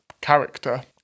character